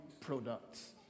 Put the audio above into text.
products